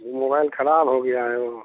mobile ख़राब हो गया है वहाँ